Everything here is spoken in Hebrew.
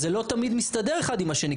שזה לא תמיד מסתדר אחד עם השני.